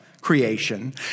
creation